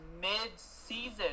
mid-season